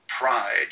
pride